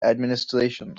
administration